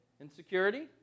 Insecurity